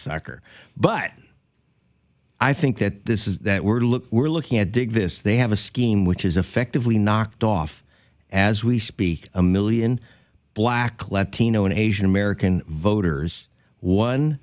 record but i think that this is that we're look we're looking at dig this they have a scheme which is effectively knocked off as we speak a million black latino asian american voters one